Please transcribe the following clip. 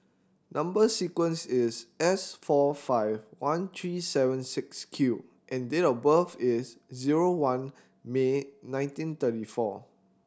number sequence is S four five one three seven six Q and date of birth is zero one May nineteen thirty four